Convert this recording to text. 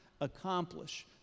accomplish